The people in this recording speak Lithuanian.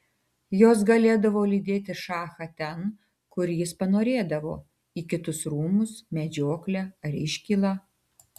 jos galėdavo lydėti šachą ten kur jis panorėdavo į kitus rūmus medžioklę ar iškylą